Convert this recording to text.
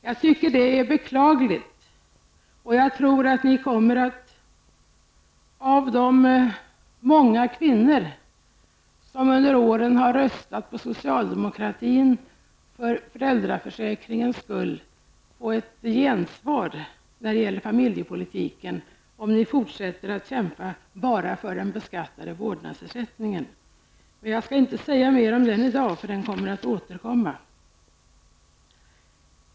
Jag tycker att det är beklagligt, och jag tror att ni kommer att få ett gensvar när det gäller familjepolitiken, från de många kvinnor som under åren har röstat på socialdemokratin för föräldraförsäkringens skull om ni fortsätter att kämpa bara för den beskattade vårdnadsersättningen. Jag skall inte säga mer om den i dag, eftersom den diskussionen kommer att återkomma.